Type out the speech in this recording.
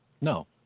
No